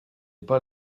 pas